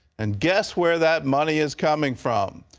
and guess where that money is coming from?